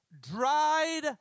dried